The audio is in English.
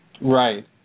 right